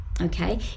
okay